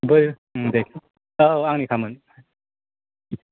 ओमफ्राय दे औ आंनिखामोन